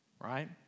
Right